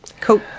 Cool